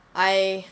I